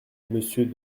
monsieur